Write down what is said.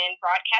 broadcast